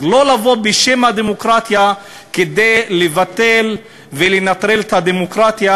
אז לא לבוא בשם הדמוקרטיה כדי לבטל ולנטרל את הדמוקרטיה,